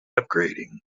upgrading